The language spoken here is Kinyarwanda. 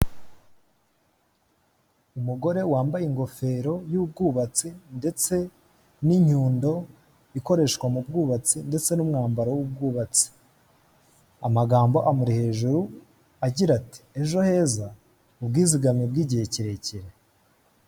Umugore wambaye ingofero y'ubwubatsi ndetse n'inyundo ikoreshwa mu bwubatsi ndetse n'umwambaro w'umwabatsi, amagambo amuri hejuru agira ati: "EJO HEZA ubwizigane bw'igihe kirekire."